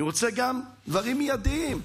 אני רוצה דברים מיידיים,